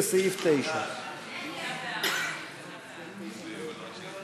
לסעיף 9. ההסתייגות (80) של קבוצת סיעת הרשימה